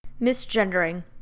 misgendering